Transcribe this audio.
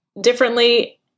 differently